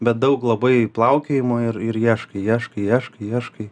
bet daug labai plaukiojimo ir ir ieškai ieškai ieškai ieškai